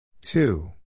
two